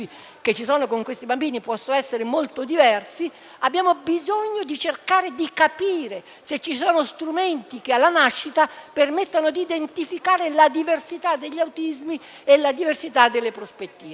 che ci sono con questi bambini possono essere molto diversi, abbiamo bisogno di cercare di capire se ci sono strumenti che alla nascita permettono di identificare la diversità degli autismi e la diversità delle prospettive.